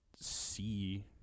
see